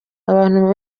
abantu